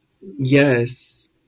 Yes